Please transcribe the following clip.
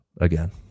again